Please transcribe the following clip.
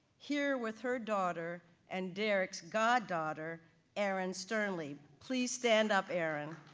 here with her daughter and derrick's goddaughter erin sternlieb, please stand up erin.